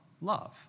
love